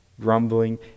grumbling